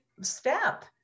step